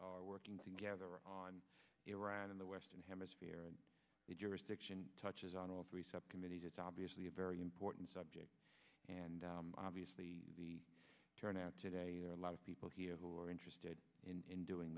are working together on iran in the western hemisphere and the jurisdiction touches on all three subcommittees it's obviously a very important subject and obviously the turnout today there are a lot of people here who are interested in doing